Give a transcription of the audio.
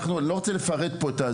ואני לא רוצה לפרט פה,